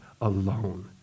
alone